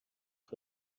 حرف